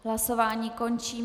Hlasování končím.